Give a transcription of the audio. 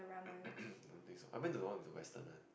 I don't think so I went to the one with the western one